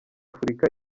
afurika